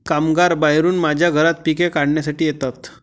कामगार बाहेरून माझ्या घरात पिके काढण्यासाठी येतात